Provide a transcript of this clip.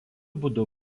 būdu